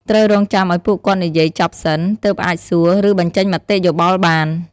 ត្រូវរង់ចាំឲ្យពួកគាត់និយាយចប់សិន ទើបអាចសួរ ឬបញ្ចេញមតិយោបល់បាន។